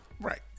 Right